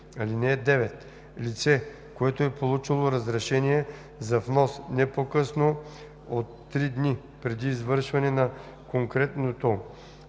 ГКПП. (9) Лице, което е получило разрешение за внос, не по-късно от три дни преди извършване на конкретно